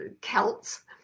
Celts